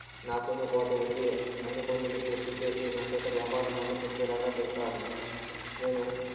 నాతోనే పాటు ఉండి అన్ని పనులను పూర్తి చేసి నా చేత వ్యాపారం మొదలుపెట్టేలాగా చేశారు నేను